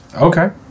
Okay